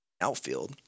outfield